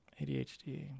ADHD